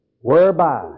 whereby